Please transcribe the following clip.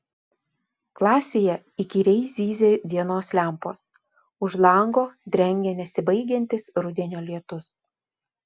klasėje įkyriai zyzia dienos lempos už lango drengia nesibaigiantis rudenio lietus